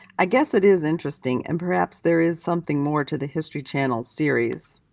i guess it is interesting and perhaps there is something more to the history channel's series.